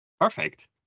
perfect